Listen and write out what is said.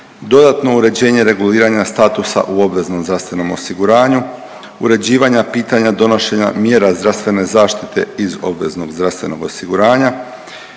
dodatno uređenje reguliranja statusa u obveznom zdravstvenom osiguranju, uređivanja pitanja donošenja mjera zdravstvene zaštite iz obveznog zdravstvenog osiguranja,